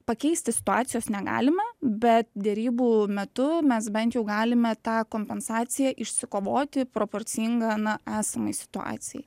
pakeisti situacijos negalime bet derybų metu mes bent jau galime tą kompensaciją išsikovoti proporcingą na esamai situacijai